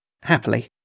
Happily